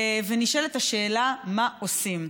ונשאלת השאלה: מה עושים?